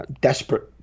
desperate